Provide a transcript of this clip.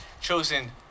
chosen